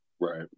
Right